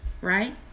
right